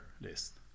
list